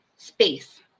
Space